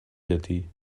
llatí